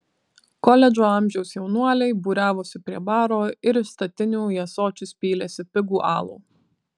koledžo amžiaus jaunuoliai būriavosi prie baro ir iš statinių į ąsočius pylėsi pigų alų